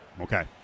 Okay